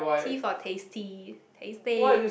T for tasty tasty